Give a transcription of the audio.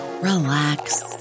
relax